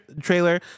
trailer